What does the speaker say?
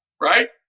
right